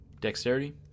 Dexterity